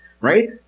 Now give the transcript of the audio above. right